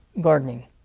Gardening